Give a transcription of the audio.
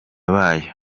bayo